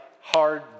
hard